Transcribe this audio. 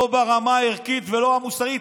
לא ברמה הערכית ולא ברמה המוסרית,